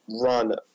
run